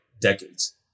decades